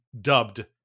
dubbed